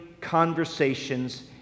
conversations